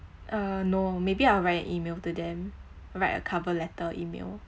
uh no maybe I'll write an email to them write a cover letter email